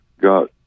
got